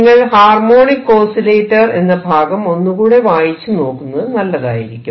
നിങ്ങൾ harmonic oscillator എന്ന ഭാഗം ഒന്നുകൂടെ വായിച്ചുനോക്കുന്നത് നല്ലതായിരിക്കും